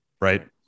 right